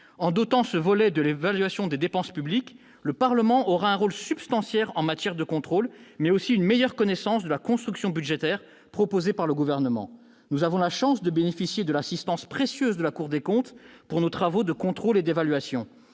En dopant ce volet de l'évaluation des dépenses publiques, le Parlement aura un rôle substantiel en matière de contrôle, mais aussi une meilleure connaissance de la construction budgétaire proposée par le Gouvernement. Nous avons la chance de bénéficier de l'assistance précieuse de la Cour des comptes pour nos travaux de contrôle et d'évaluation.